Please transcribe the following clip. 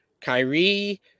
Kyrie